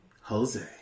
Jose